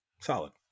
Solid